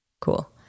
Cool